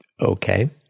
Okay